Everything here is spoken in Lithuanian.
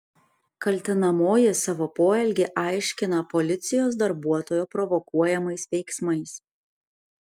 kaltinamoji savo poelgį aiškina policijos darbuotojo provokuojamais veiksmais